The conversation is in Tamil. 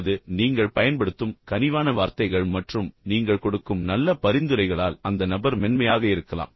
அல்லது நீங்கள் பயன்படுத்தும் கனிவான வார்த்தைகள் மற்றும் நீங்கள் கொடுக்கும் நல்ல பரிந்துரைகளால் அந்த நபர் மென்மையாக இருக்கலாம்